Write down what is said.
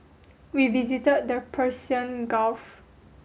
we visited the Persian Gulf